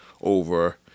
over